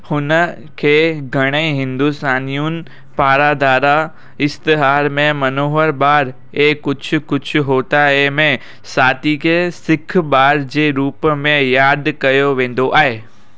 हुन खे घणे हिंदुस्तानियुनि पारां धारा इश्तिहार में मनोहर ॿार ऐं कुझु कुझु होता है में सांतीके सिख ॿार जे रूप में यादि कयो वेंदो आहे